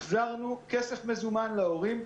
החזרנו כסף מזומן להורים,